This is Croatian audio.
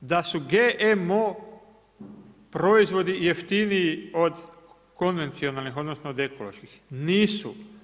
Da su GMO proizvodi jeftiniji od konvencijalne, odnosno, od ekoloških, nisu.